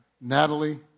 Natalie